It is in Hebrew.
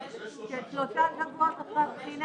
כשלושה שבועות לאחר הבחינה.